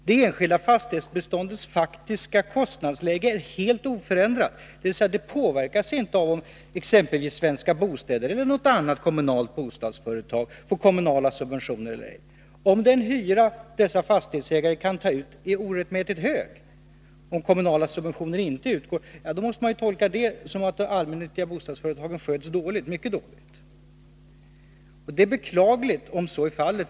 Det enskilda fastighetsbeståndets faktiska kostnadsläge är helt oförändrat, dvs. det påverkas inte ifall exempelvis Svenska Bostäder eller något annat kommunalt bostadsföretag får kommunala subventioner eller ej. Blir den hyra dessa fastighetsägare kan ta ut orättmätigt hög om kommunala subventioner inte utgår, måste detta tolkas så att allmännyttiga bostadsföretag sköts mycket dåligt. Det är beklagligt om så är fallet.